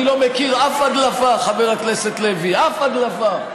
אני לא מכיר אף הדלפה, חבר הכנסת לוי, אף הדלפה,